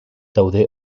daude